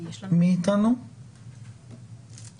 נעלה את